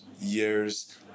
years